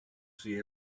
see